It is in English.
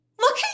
Look